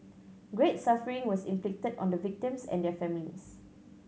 great suffering was inflicted on the victims and their families